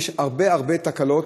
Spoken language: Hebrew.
יש הרבה הרבה תקלות,